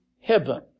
heaven